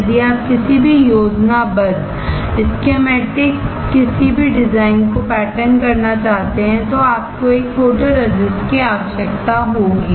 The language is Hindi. यदि आप किसी भी योजनाबद्ध किसी भी डिजाइन को पैटर्न करना चाहते हैं तो आपको एक फोटोरेसिस्ट की आवश्यकता होगी